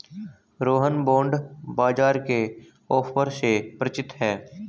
Rohan bond बाजार के offer से परिचित है